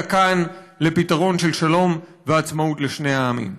כאן לפתרון של שלום ועצמאות לשני העמים.